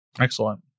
Excellent